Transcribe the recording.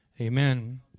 amen